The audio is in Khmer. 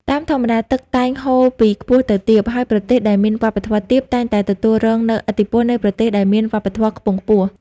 តាមធម្មតា ទឹកតែងហូរពីខ្ពស់ទៅទាប ហើយប្រទេសដែលមានវប្បធម៌ទាបតែងតែទទួលរងនូវឥទ្ធិពលនៃប្រទេសដែលមានវប្បធម៌ខ្ពង់ខ្ពស់។